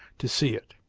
to see it.